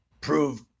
prove